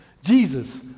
Jesus